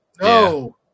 No